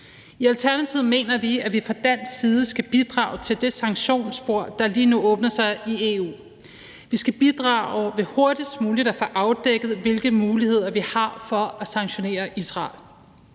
I Alternativet mener vi, at vi fra dansk side skal bidrage til det sanktionsspor, der lige nu åbner sig i EU. Vi skal bidrage ved hurtigst muligt at få afdækket, hvilke muligheder vi har for at sanktionere Israel.